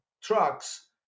trucks